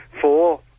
four